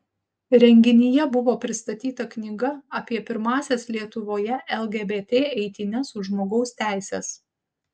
renginyje buvo pristatyta knyga apie pirmąsias lietuvoje lgbt eitynes už žmogaus teises